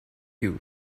you